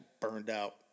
burned-out